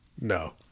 No